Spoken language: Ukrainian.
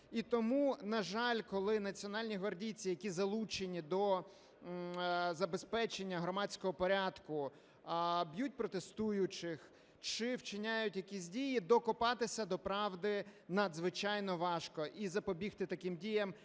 І тому, на жаль, коли Національні гвардійці, які залучені до забезпечення громадського порядку, б'ють протестуючих чи вчиняють якісь дії, докопатися до правди надзвичайно важко і запобігти таким діям